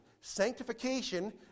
Sanctification